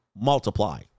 multiply